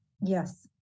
Yes